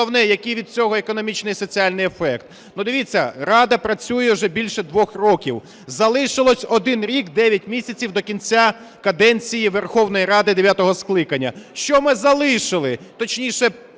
головне, який від цього економічний і соціальний ефект. Ну, дивіться, Рада працює вже більше двох років, залишилось один рік дев'ять місяців до кінця каденції Верховної Ради дев'ятого скликання. Що ми залишили? Точніше,